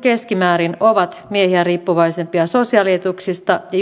keskimäärin ovat miehiä riippuvaisempia sosiaalietuuksista ja